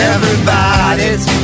Everybody's